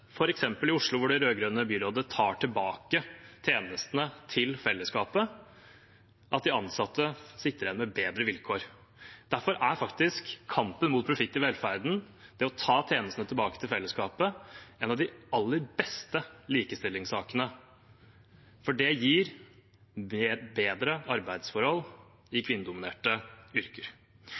i Oslo, hvor det rød-grønne byrådet tar tjenestene tilbake til fellesskapet, at de ansatte sitter igjen med bedre vilkår. Derfor er faktisk kampen mot profitt i velferden, det å ta tjenestene tilbake til fellesskapet, en av de aller beste likestillingssakene, for det gir bedre arbeidsforhold i kvinnedominerte yrker.